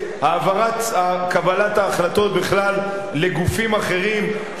העברת קבלת ההחלטות בכלל לגופים אחרים שלא